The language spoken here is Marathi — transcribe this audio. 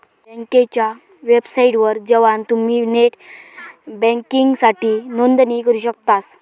बँकेच्या वेबसाइटवर जवान तुम्ही नेट बँकिंगसाठी नोंदणी करू शकतास